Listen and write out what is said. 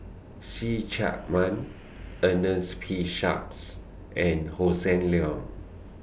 See Chak Mun Ernest P Shanks and Hossan Leong